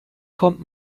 kommt